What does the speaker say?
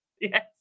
Yes